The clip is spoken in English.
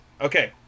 Okay